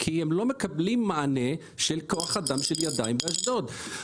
כי הם לא מקבלים מענה של כוח אדם של ידיים באשדוד.